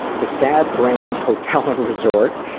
the sad brains hotel and resort